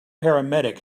paramedic